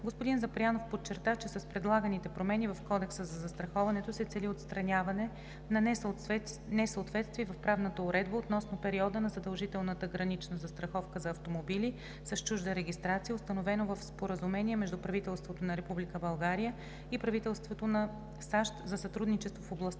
Господин Запрянов подчерта, че с предлаганите промени в Кодекса за застраховането се цели отстраняване на несъответствие в правната уредба относно периода на задължителната гранична застраховка за автомобили с чужда регистрация, установено в Споразумение между правителството на Република България и правителството на САЩ за сътрудничество в областта